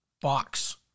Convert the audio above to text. box